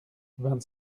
vingt